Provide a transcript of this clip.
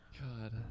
God